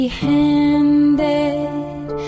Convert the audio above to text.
handed